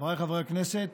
חבריי חברי הכנסת,